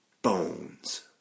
Bones